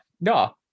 no